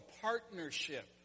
partnership